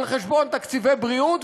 על חשבון תקציבי בריאות,